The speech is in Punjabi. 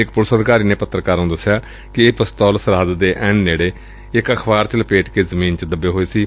ਇਕ ਪੁਲਿਸ ਅਧਿਕਾਰੀ ਨੇ ਪੱਤਰਕਾਰਾਂ ਨੂੰ ਦਸਿਆ ਕਿ ਇਹ ਪਿਸਤੌਲ ਸਰਹੱਦ ਦੇ ਐਨ ਨੇੜੇ ਇਕ ਅਖ਼ਬਾਰ ਚ ਲਪੇਟ ਕੇ ਜ਼ਮੀਨ ਚ ਦੱਬੇ ਹੋਏ ਸਨ